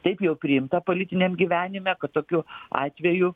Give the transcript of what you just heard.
taip jau priimta politiniam gyvenime kad tokiu atveju